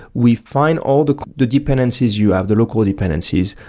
we find all the the dependencies you have, the local dependencies,